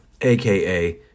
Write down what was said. aka